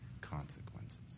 consequences